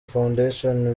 foundation